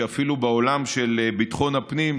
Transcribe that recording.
שאפילו בעולם של ביטחון הפנים,